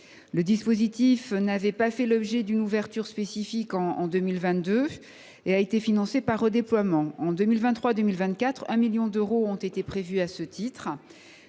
Le dispositif n’a pas fait l’objet d’une ouverture spécifique en 2022 et a été financé par redéploiement. En 2023 2024, 1 million d’euros ont été prévus à ce titre.